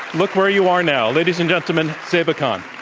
look where you are now. ladies and gentlemen, zeba khan.